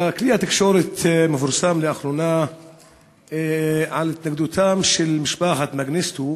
בכלי התקשורת מתפרסם לאחרונה על התנגדותה של משפחת מנגיסטו,